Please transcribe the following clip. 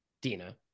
Dina